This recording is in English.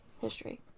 history